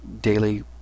daily